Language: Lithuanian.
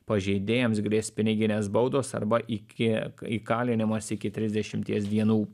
pažeidėjams grės piniginės baudos arba iki įkalinimas iki trisdešimties dienų